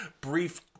brief